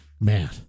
Man